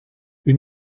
une